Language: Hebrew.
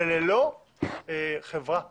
וללא חברה פרטית?